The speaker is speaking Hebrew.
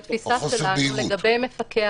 בתפיסה שלנו, מפקח